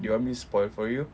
do you want me to spoil for you